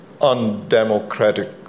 undemocratic